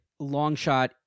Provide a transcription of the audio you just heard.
Longshot